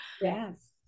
Yes